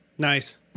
nice